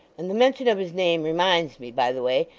and the mention of his name reminds me, by the way,